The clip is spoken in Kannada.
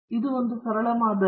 ಆದ್ದರಿಂದ ಇದು ಒಂದು ಸರಳ ಮಾದರಿ